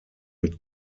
mit